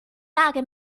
lage